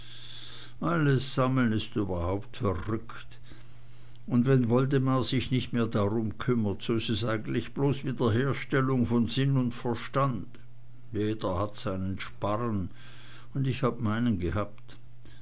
alles sammeln ist überhaupt verrückt und wenn woldemar sich nich mehr drum kümmert so is es eigentlich bloß wiederherstellung von sinn und verstand jeder hat seinen sparren und ich habe meinen gehabt